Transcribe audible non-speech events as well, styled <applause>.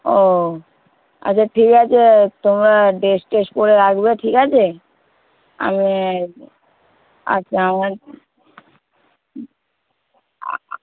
ও আচ্ছা ঠিক আছে তোমরা ড্রেস টেস পরে রাখবে ঠিক আছে আমি <unintelligible>